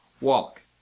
Walk